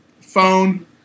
phone